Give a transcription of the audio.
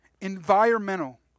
environmental